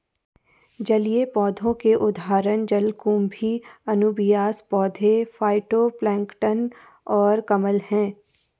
जलीय पौधों के उदाहरण जलकुंभी, अनुबियास पौधे, फाइटोप्लैंक्टन और कमल हैं